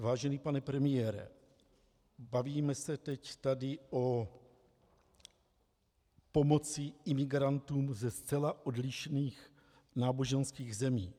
Vážený pane premiére, bavíme se tady teď o pomoci imigrantům ze zcela odlišných náboženských zemí.